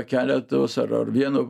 keletos ar ar vieno